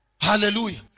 hallelujah